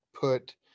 put